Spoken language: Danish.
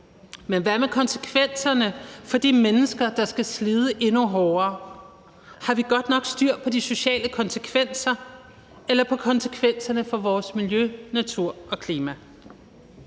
men hvad med konsekvenserne for de mennesker, der skal slide endnu hårdere? Har vi godt nok styr på de sociale konsekvenser eller på konsekvenserne for vores miljø, natur og klima?